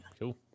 Cool